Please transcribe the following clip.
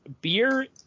beer